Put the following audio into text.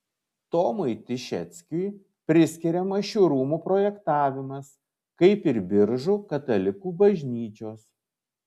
tomui tišeckiui priskiriamas šių rūmų projektavimas kaip ir biržų katalikų bažnyčios